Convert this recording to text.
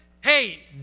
hey